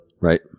Right